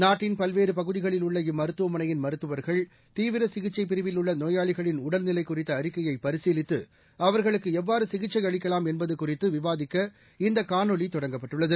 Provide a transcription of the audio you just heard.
நாட்டின் பல்வேறபகுதிகளில் உள்ள இம்மருத்துவமனையின் மருத்துவர்கள் தீவிரசிகிச்சைப் பிரிவில் உள்ளநோயாளிகளின் உடல்நிலைகுறித்தஅறிக்கையைபரிசீலித்து அவர்களுக்குஎவ்வாறுசிகிச்சைஅளிக்கவாம் என்பதுகுறித்துவிவாதிக்க இந்தகாணொலிதொடங்கப்பட்டுள்ளது